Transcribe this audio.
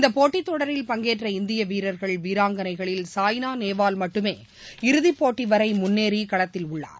இந்தப்போட்டித்தொடரில் பங்கேற்ற இந்தியவீரர்கள் வீராங்கனைகளில் சாய்னா நேவால் மட்டுமே இறுதிப்போட்டி வரை முன்னேறி களத்தில் உள்ளார்